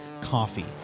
coffee